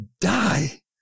die